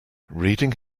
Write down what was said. reading